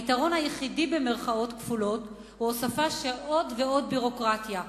ה"יתרון" היחידי הוא הוספה של עוד ועוד ביורוקרטיה,